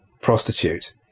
prostitute